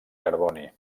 carboni